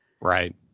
Right